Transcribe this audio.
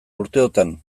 urteotan